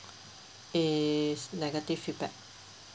is negative feedback